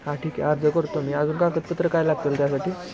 हां ठीक आहे आज ज करतो मी अजून कागदपत्र काय लागतील त्यासाठी